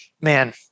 Man